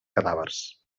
cadàvers